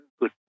good